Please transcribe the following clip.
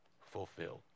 fulfilled